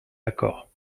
accord